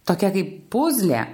tokia kaip puzlė